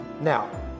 Now